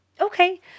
okay